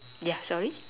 yeah sorry